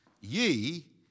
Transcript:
Ye